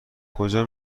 کجا